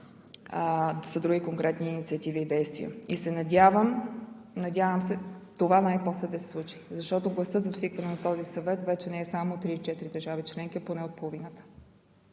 са други конкретни инициативи и действия. Надявам се това най-после да се случи, защото гласът за свикването на този съвет вече не е само от 3 – 4 държави членки, а поне от половината.